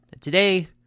Today